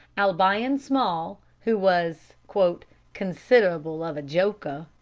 albion small, who was consid'able of a joker,